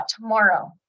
tomorrow